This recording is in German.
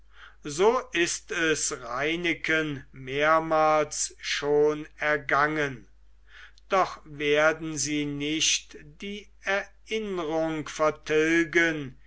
so ist es reineken mehrmals schon ergangen doch werden sie nicht die erinnrung vertilgen